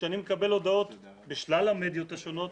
שאני מקבל הודעות משלל המדיות השונות,